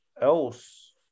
else